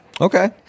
Okay